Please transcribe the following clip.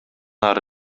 ары